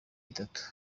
itatu